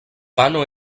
pano